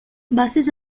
buses